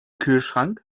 kühlschrank